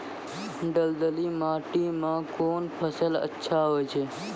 दलदली माटी म कोन फसल अच्छा होय छै?